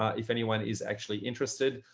ah if anyone is actually interested,